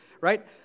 right